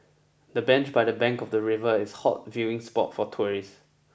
the bench by the bank of the river is hot viewing spot for tourists